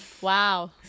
Wow